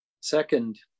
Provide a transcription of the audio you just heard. second